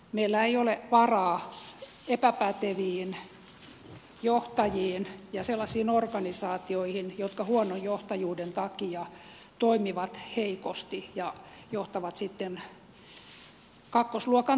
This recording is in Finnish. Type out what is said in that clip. meillä ei ole varaa epäpäteviin johtajiin ja sellaisiin organisaatioihin jotka huonon johtajuuden takia toimivat heikosti ja johtavat sitten kakkosluokan tuloksiin usein